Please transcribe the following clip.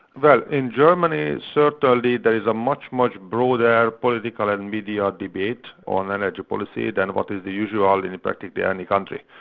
well, in germany certainly there is a much, much broader political and media debate on energy policy than what is the usual ah and in in practically ah any country.